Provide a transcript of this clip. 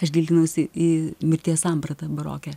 aš gilinausi į mirties sampratą baroke